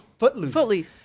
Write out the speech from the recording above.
Footloose